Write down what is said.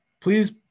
please